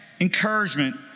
encouragement